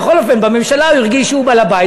בכל אופן בממשלה הוא הרגיש שהוא בעל-בית,